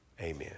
Amen